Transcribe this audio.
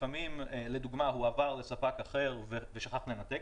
לפעמים לדוגמה הוא עבר לספק אחר ושכח לנתק.